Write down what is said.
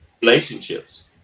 relationships